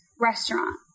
restaurant